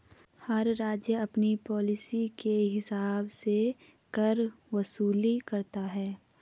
हर राज्य अपनी पॉलिसी के हिसाब से कर वसूली करता है